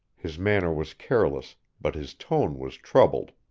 his manner was careless, but his tone was troubled.